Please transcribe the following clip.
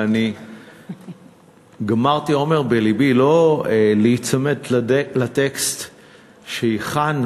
ואני גמרתי אומר בלבי לא להיצמד לטקסט שהכנו,